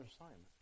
assignment